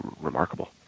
remarkable